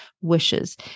wishes